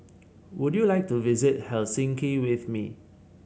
would you like to visit Helsinki with me